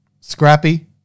scrappy